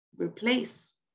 replace